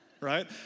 Right